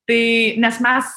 tai nes mes